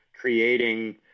creating